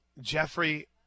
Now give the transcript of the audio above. Jeffrey